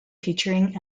featuring